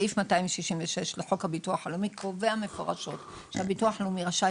סעיף 266 לחוק הביטוח הלאומי קובע מפורשות שהביטוח הלאומי רשאי